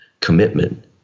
commitment